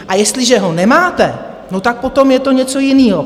A jestliže ho nemáte, no tak potom je to něco jiného.